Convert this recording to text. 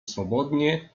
swobodnie